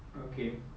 okay